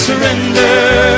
Surrender